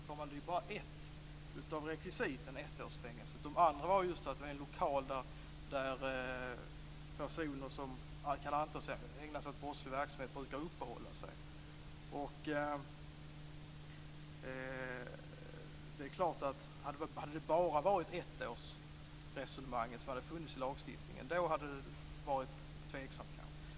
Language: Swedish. Fru talman! Ett års fängelse är bara ett av rekvisiten. De andra är att det är en lokal där personer som kan antas ägna sig åt brottslig verksamhet brukar uppehålla sig. Hade det bara varit ett årsresonemanget i lagstiftningen hade det kanske varit tveksamt.